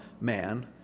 man